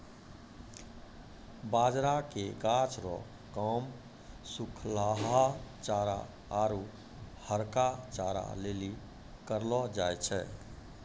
बाजरा के गाछ रो काम सुखलहा चारा आरु हरका चारा लेली करलौ जाय छै